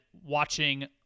watching